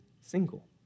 single